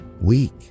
weak